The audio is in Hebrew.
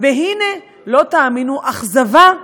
והנה, לא תאמינו, אכזבה,